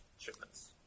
shipments